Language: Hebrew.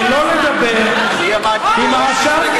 שלא לדבר עם אש"ף,